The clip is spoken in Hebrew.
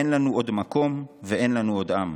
אין לנו עוד מקום ואין לנו עוד עם,